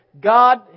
God